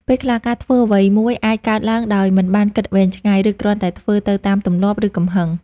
ពេលខ្លះ ការធ្វើអ្វីមួយអាចកើតឡើងដោយមិនបានគិតវែងឆ្ងាយ ឬគ្រាន់តែធ្វើទៅតាមទម្លាប់ ឬកំហឹង។